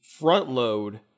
front-load